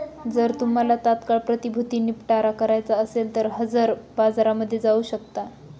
जर तुम्हाला तात्काळ प्रतिभूती निपटारा करायचा असेल तर हजर बाजारामध्ये जाऊ शकता